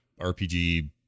RPG